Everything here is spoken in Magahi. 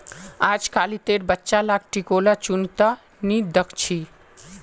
अजकालितेर बच्चा लाक टिकोला चुन त नी दख छि